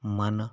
ਮਨ